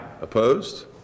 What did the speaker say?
Opposed